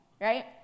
right